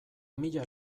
mila